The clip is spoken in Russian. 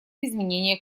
изменения